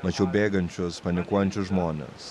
mačiau bėgančius panikuojančius žmones